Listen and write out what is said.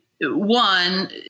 One